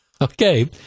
Okay